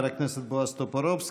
תודה, חבר הכנסת בועז טופורובסקי.